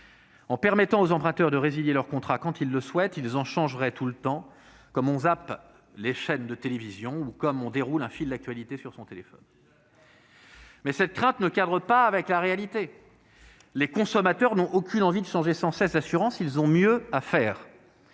En permettant aux emprunteurs de résilier leur contrat quand ils le souhaitent, ils en changeraient tout le temps, comme on zappe devant sa télévision ou comme on déroule un fil d'actualité sur son téléphone. Cette crainte ne correspond pas à la réalité. Les consommateurs n'ont aucune envie de changer sans cesse d'assurance. Ils ont mieux à faire.